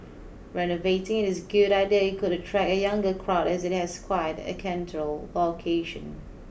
renovating it's a good idea and it could attract a younger crowd as it has quite a central location